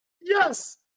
yes